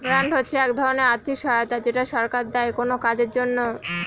grant হচ্ছে এক ধরনের আর্থিক সহায়তা যেটা সরকার দেয় কোনো কাজের জন্য